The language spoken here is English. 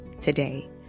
today